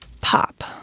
pop